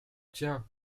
tiens